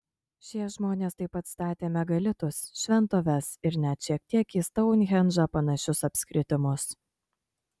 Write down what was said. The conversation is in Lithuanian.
šie žmonės taip pat statė megalitus šventoves ir net šiek tiek į stounhendžą panašius apskritimus